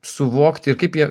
suvokti ir kaip jie